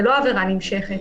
זה לא עבירה נמשכת.